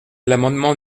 l’amendement